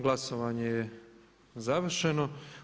Glasovanje je završeno.